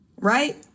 right